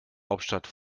hauptstadt